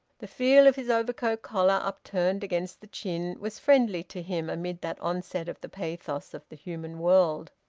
the feel of his overcoat-collar upturned against the chin was friendly to him amid that onset of the pathos of the human world.